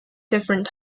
different